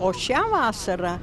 o šią vasarą